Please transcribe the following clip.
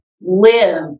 live